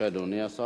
בבקשה, אדוני השר.